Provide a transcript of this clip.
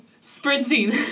sprinting